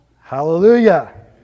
Hallelujah